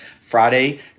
Friday